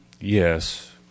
Yes